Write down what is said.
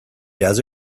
does